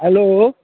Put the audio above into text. hello